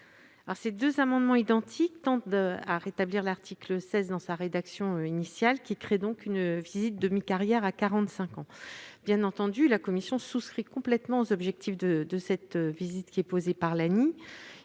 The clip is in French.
Ces amendements identiques tendent à rétablir l'article 16 dans sa rédaction initiale, qui crée une visite de mi-carrière à 45 ans. Bien entendu, la commission souscrit pleinement aux objectifs de cette visite, qui a été créée par l'ANI